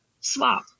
swap